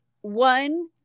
one